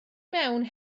mewn